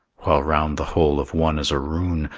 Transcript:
while round the hole of one is a rune,